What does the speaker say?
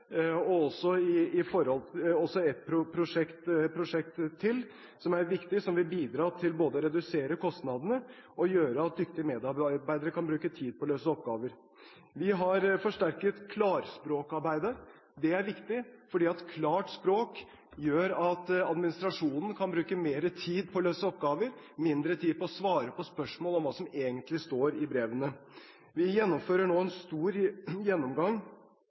og også et prosjekt til som er viktig, som vil bidra til både å redusere kostnadene og gjøre at dyktige medarbeidere kan bruke tid på å løse oppgaver. Vi har forsterket klarspråkarbeidet. Det er viktig, fordi klart språk gjør at administrasjonen kan bruke mer tid på å løse oppgaver, mindre tid på å svare på spørsmål om hva som egentlig står i brevene. Vi gjennomfører nå en stor gjennomgang